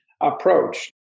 approach